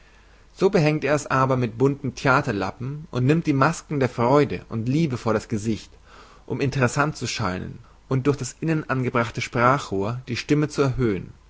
so behängt er's aber mit bunten theaterlappen und nimmt die masken der freude und liebe vor das gesicht um interessant zu scheinen und durch das innen angebrachte sprachrohr die stimme zu erhöhen